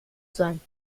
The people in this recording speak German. sein